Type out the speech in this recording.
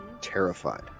terrified